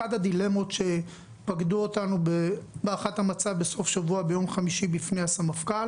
אחת הדילמות שפקדו אותנו בהערכת המצב בסוף השבוע ביום חמישי בפני הסמפכ"ל